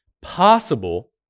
possible